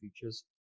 features